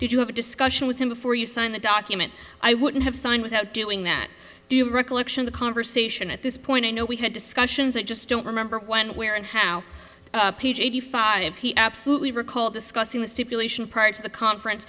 did you have a discussion with him before you signed the document i wouldn't have signed without doing that do you recollection the conversation at this point i know we had discussions i just don't remember when where and how page eighty five he absolutely recall discussing the stipulation at the conference